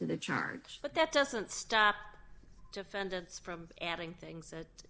to the charge but that doesn't stop defendants from adding things that